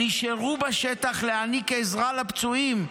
נשארו בשטח להעניק עזרה לפצועים,